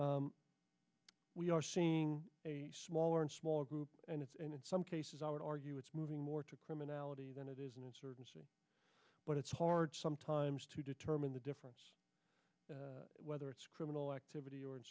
in we are seeing a smaller and smaller group and it's and in some cases i would argue it's moving more to criminality than it is an insurgency but it's hard sometimes to determine the difference whether it's criminal activity or